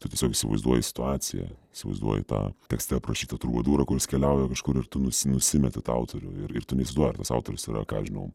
tu tiesiog įsivaizduoji situaciją įsivaizduoji tą tekste aprašytą trubadūrą kuris keliauja kažkur ir tu nusi nusimeti tą autorių ir ir tu neįsivaizduoji ar tas autorius tai yra ką aš žinau